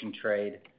trade